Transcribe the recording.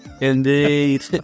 Indeed